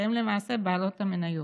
שהן למעשה בעלות המניות.